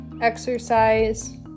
exercise